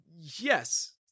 Yes